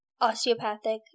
osteopathic